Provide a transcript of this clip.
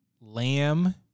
lamb